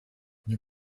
you